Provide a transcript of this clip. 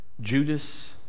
Judas